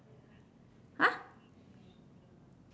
!huh!